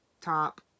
top